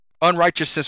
unrighteousness